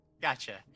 Gotcha